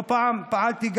לא פעם פעלתי,